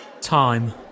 Time